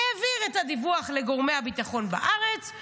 העביר את הדיווח לגורמי הביטחון בארץ,